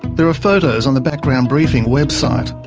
there are photos on the background briefing website.